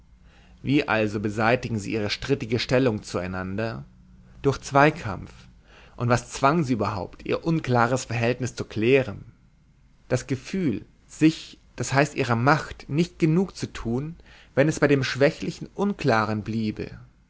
wie also beseitigen sie ihre strittige stellung zu einander durch zweikampf und was zwang sie überhaupt ihr unklares verhältnis zu klären das gefühl sich d h ihrer macht nicht genug zu tun wenn es bei dem schwächlichen unklaren bliebe